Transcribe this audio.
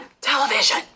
television